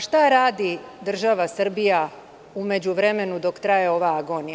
Šta radi država Srbija u međuvremenu dok traje ova agonija?